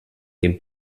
dem